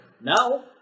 Now